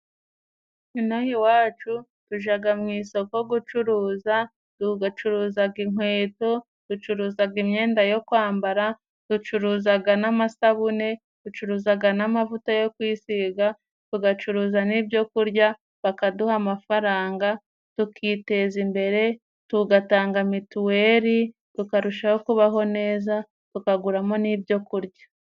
Inahi wacu tujaga mu isoko gucuruza tugacuruzaga inkweto ducuruzaga imyenda yo kwambara ducuruzaga n'amasabune ducuruzaga n'amavuta yo kwisiga tugacuruza n'ibyokurya bakaduha amafaranga tukiteza imbere tugatanga mituweri tukarushaho kubaho neza tukaguramo n'ibyokurya